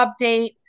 update